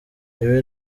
ibi